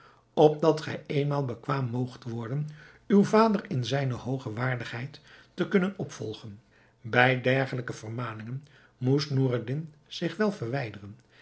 opdat gij eenmaal bekwaam moogt worden uw vader in zijne hooge waardigheid te kunnen opvolgen bij dergelijke vermaningen moest noureddin zich wel verwijderen